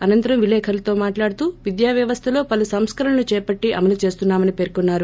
అనంతరం విలేకరులతో మాట్లాడతూ విద్యావ్యవస్థలో పలు సంస్కరణలు చేపట్టి అమలు చేస్తున్నా మని పేర్కొన్నారు